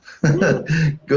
Good